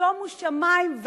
שומו שמים.